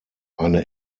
eine